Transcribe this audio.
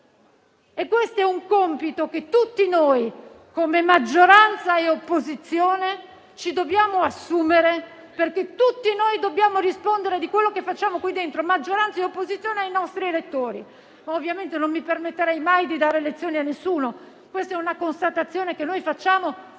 legge. È un compito che tutti noi, come maggioranza e opposizione, ci dobbiamo assumere, perché tutti noi dobbiamo rispondere di quello che facciamo qui dentro ai nostri elettori. Ovviamente non mi permetterei mai di dare lezioni ad alcuno. È una constatazione che noi facciamo